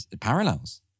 parallels